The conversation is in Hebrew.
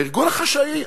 הארגון החשאי,